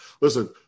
listen